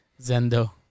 Zendo